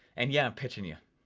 and yeah, i'm pitching you,